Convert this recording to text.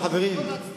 מכל הצדדים.